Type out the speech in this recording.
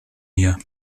hier